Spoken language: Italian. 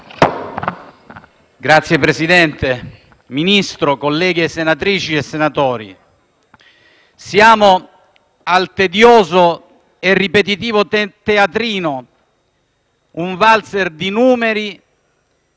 Signor Presidente, Ministro, colleghi senatrici e senatori, siamo al tedioso e ripetitivo teatrino: il valzer di numeri